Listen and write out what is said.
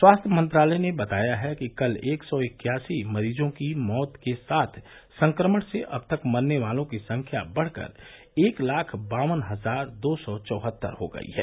स्वास्थ्य मंत्रालय ने बताया है कि कल एक सौ इक्यासी मरीजों की मौत के साथ संक्रमण से अब तक मरने वालों की संख्या बढ़कर एक लाख बावन हजार दो सौ चौहत्तर हो गई है